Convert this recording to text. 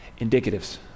indicatives